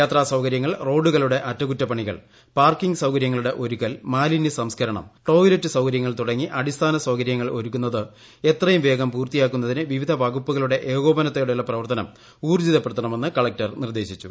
യാത്രാ സൌകര്യങ്ങൾ റോഡുകളുടെ അറ്റകുറ്റപണികൾ പാർക്കിംഗ് സൌകര്യങ്ങളുടെ ഒരുക്കൽ മാലിന്യ സംസ്കരണം ടോയ്ലെറ്റു സൌകര്യങ്ങൾ തുടങ്ങി അടിസ്ഥാന സൌകര്യങ്ങൾ ഒരുക്കുന്നത് എത്രയും വേഗത്തിൽ പൂർത്തിയാക്കുന്നതിന് വിവിധ വകുപ്പുകളുടെ ഏകോപനത്തോടെയുള്ള പ്രവർത്തനം ഊർജിതപ്പെടുത്തണമെന്ന് കലക്ടർ നിർദ്ദേശിച്ചു